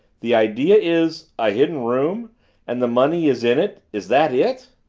the idea is a hidden room and the money is in it is that it?